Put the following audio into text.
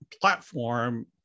platform